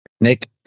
Nick